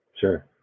Sure